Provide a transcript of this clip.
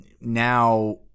now